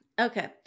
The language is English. Okay